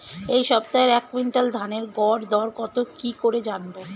এই সপ্তাহের এক কুইন্টাল ধানের গর দর কত কি করে জানবো?